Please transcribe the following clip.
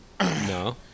No